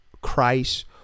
Christ